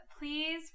please